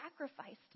sacrificed